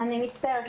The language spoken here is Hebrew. אני מצטערת.